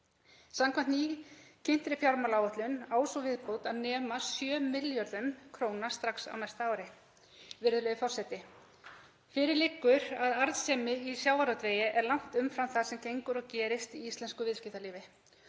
Samkvæmt nýkynntri fjármálaáætlun á sú viðbót að nema 7 milljörðum kr. strax á næsta ári. Virðulegi forseti. Fyrir liggur að arðsemi í sjávarútvegi er langt umfram það sem gengur og gerist í íslensku viðskiptalífi